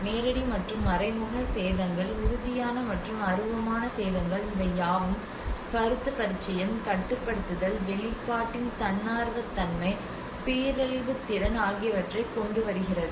நேரடி மற்றும் மறைமுக சேதங்கள் உறுதியான மற்றும் அருவமான சேதங்கள் இவை யாவும் கருத்து பரிச்சயம் கட்டுப்படுத்துதல் வெளிப்பாட்டின் தன்னார்வத்தன்மை பேரழிவு திறன் ஆகியவற்றைக் கொண்டுவருகிறது